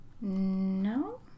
No